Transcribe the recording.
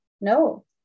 No